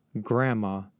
Grandma